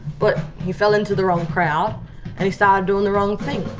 but he fell into the wrong crowd and he started doing the wrong things.